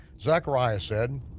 zechariah said,